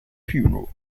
funeral